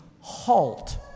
halt